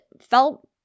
felt